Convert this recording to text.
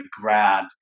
grad